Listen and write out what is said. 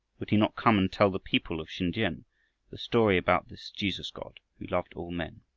would he not come and tell the people of sin-tiam the story about this jesus-god who loved all men?